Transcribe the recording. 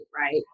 right